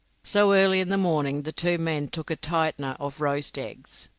so early in the morning the two men took a tightener of roast eggs,